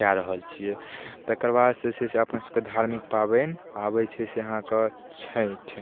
कए रहल छियै तकर बादसँ जे छै से अपन सभके धार्मिक पाबनि आबै छै से अहाँके छठि